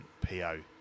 PO